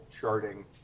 charting